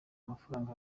amafaranga